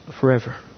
forever